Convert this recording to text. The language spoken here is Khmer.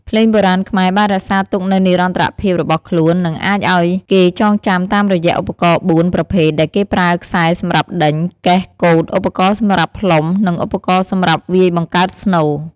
ភ្លេងបុរាណខ្មែរបានរក្សាទុកនៅនិរន្តរភាពរបស់ខ្លូន និងអាចអោយគេចងចាំតាមរយៈឧបករណ៏ ៤ ប្រភេទដែលគេប្រើខ្សែសំរាប់ដេញ កេះ កូត ឧបករណ៏សម្រាប់ផ្លុំ និងឧបករណ៏សម្រាប់វាយបង្កើតស្នូរ។